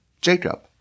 Jacob